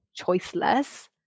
choiceless